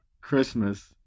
Christmas